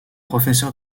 professeur